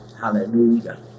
Hallelujah